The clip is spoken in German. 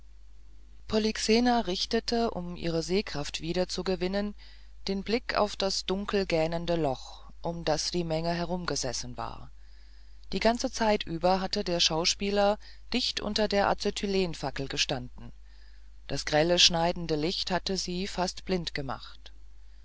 polyxena richtete um ihre sehkraft wiederzugewinnen den blick auf das dunkelgähnende loch um das die menge herumgesessen war die ganze zeit über hatte der schauspieler dicht unter einer der acetylenfackeln gestanden das grelle schneidende licht hatte sie fast blind gemacht